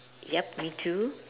yup me too